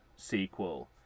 sequel